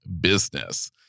business